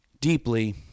deeply